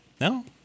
No